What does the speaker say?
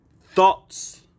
thoughts